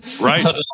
right